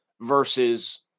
versus